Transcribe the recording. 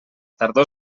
tardor